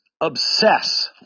obsess